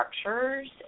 structures